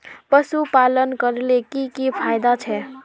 पशुपालन करले की की फायदा छे?